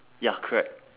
ya correct